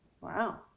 Wow